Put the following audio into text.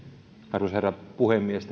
arvoisa herra puhemies